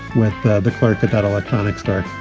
with the clerk at that electronics store?